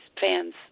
fans